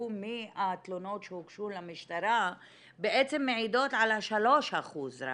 שנשאבו מהתלונות שהוגשו למשטרה בעצם מעידים על ה-3% רק